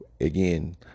again